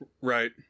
Right